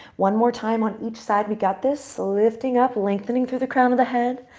one more time on each side. we got this. lifting up, lengthening through the crown of the head,